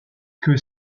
que